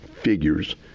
figures